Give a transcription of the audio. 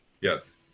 yes